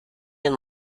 and